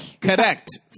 Correct